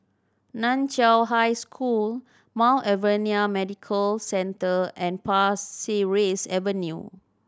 Nan Chiau High School Mount Alvernia Medical Centre and Pasir Ris Avenue